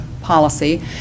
policy